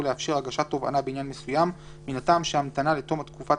לאפשר הגשת תובענה בעניין מסוים מן הטעם שהמתנה לתום תקופת